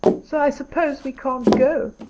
so i suppose we can't go.